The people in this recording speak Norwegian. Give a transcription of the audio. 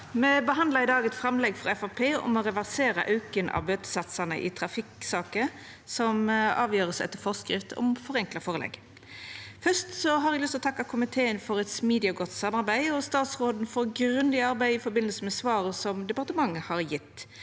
Me behandlar i dag eit framlegg frå Framstegspartiet om å reversera auken av bøtesatsane i trafikksaker som avgjerast etter forskrift om forenkla førelegg. Fyrst har eg lyst til å takka komiteen for eit smidig og godt samarbeid og statsråden for grundig arbeid i forbindelse med svaret departementet har gjeve.